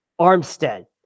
Armstead